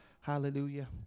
Hallelujah